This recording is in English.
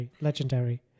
Legendary